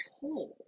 told